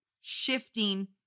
shifting